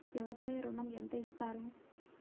వ్యవసాయ ఋణం ఎంత ఇస్తారు?